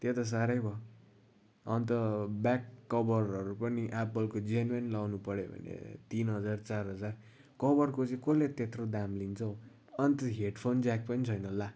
त्यो त साह्रै भयो अन्त ब्याक कभरहरू पनि एप्पलको जेन्विन लगाउनु पऱ्यो भने तिन हजार चार हजार कभरको चाहिँ कसले त्यत्रो दाम लिन्छ हौ अन्त हेडफोन ज्याक पनि छैन ला